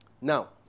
Now